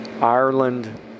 Ireland